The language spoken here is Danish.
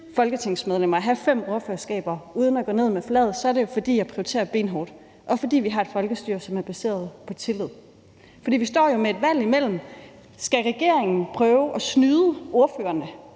folketingsmedlemmer og have fem ordførerskaber uden at gå ned med flaget, er det jo, fordi jeg prioriterer benhårdt, og fordi vi har et folkestyre, som er baseret på tillid. Vi står jo med et valg. Enten kan man som regering prøve at snyde ordførerne,